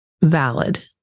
valid